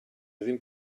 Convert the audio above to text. ddim